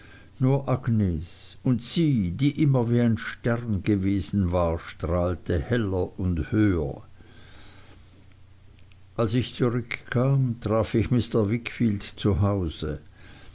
agnes und sie die immer wie ein stern gewesen war strahlte heller und höher als ich zurückkam traf ich mr wickfield